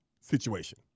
situation